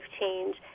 change